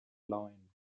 line